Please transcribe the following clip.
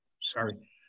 Sorry